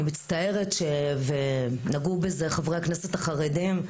אני מצטערת שנגעו בזה חברי הכנסת החרדים,